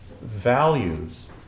values